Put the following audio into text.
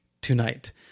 tonight